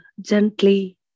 gently